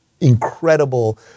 incredible